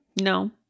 no